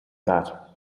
that